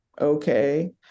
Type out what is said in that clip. okay